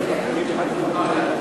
תציע הצעה לסדר.